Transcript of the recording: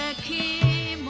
ah k